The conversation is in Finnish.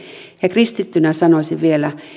ja kristittynä sanoisin vielä